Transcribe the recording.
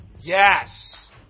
Yes